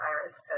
Iris